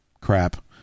crap